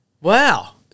Wow